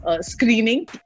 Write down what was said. screening